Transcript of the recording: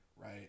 right